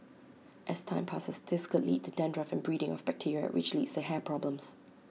as time passes this could lead to dandruff and breeding of bacteria which leads to hair problems